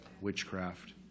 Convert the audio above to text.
Witchcraft